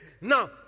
now